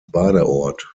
badeort